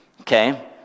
Okay